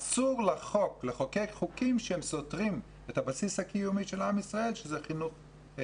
אסור לחוקק חוקים שהם סותרים את הבסיס הקיומי של עם ישראל שזה חינוך.